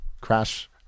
Crash